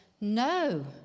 no